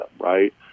right